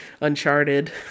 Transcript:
Uncharted